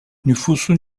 nüfusun